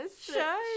Show